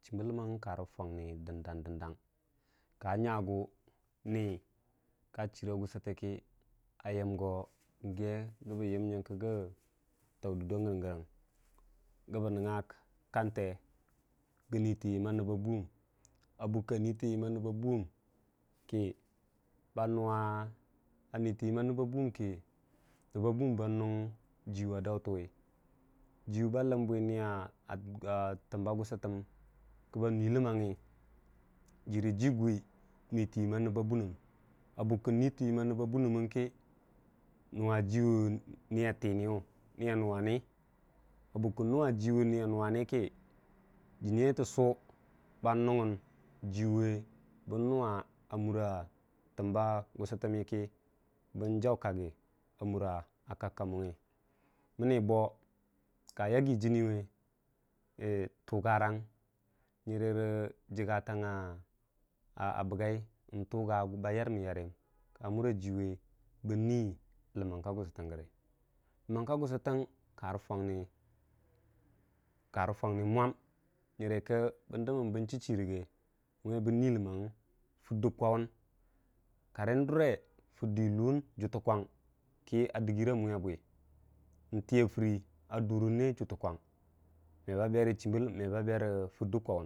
Chimbə ləm mang gəm karə jwangui dən dang ka nyagu wa duya gusətəkə a yəm gi gəbə nəngnga kante gəbə nutən yəm a nəbbba buum a buk ka nutən yəmma nəbba buum kə nəbba buum ba nung jəya dautum, juwu ba ləmbwi a təm ba gusətəm kə ba nuləmmangngi jii re jiguwi nutən yən a nəbba bunəm a bukka nyang kə nuwa jiwa mya tənni jənni yaiye təssu ba nugəm jəw bən nuwa təm ba gusətəmmi kə bən jau kaggə məm ba ka yaggi jənniwe tugarang nyərə jəgga tang a bəggai nyərə ba yarmən yarəyəm kamura jiwu bən nuu ləman ka gusuttən gərə ləmang ka gusuttən kara fwangai mwam nyənkə bən chichu gərə, kə me bən ləmmangugi karə dure fiddə kwawun karəm durə fiddə yullun juttəkwang a dəggəra muyabwi ntəyafurə a durən ne juttə kwang me ba berə chimbə ləmmangəm meba fiddə kwauwun.